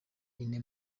ine